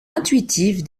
intuitive